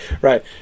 right